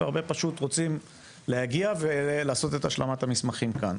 והרבה פשוט רוצים להגיע ולעשות את השלמת המסמכים כאן.